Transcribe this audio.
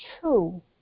true